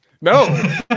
No